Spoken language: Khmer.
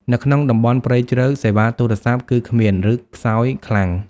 នៅក្នុងតំបន់ព្រៃជ្រៅ សេវាទូរស័ព្ទគឺគ្មាន ឬខ្សោយខ្លាំង។